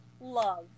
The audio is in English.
love